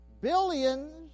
billions